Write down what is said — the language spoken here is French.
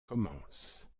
commence